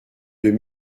deux